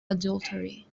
adultery